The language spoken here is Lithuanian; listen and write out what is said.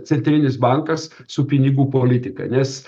centrinis bankas su pinigų politika nes